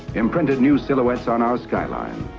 imprinted new silhouettes on our skyline.